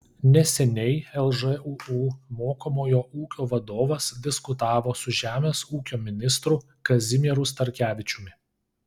neseniai lžūu mokomojo ūkio vadovas diskutavo su žemės ūkio ministru kazimieru starkevičiumi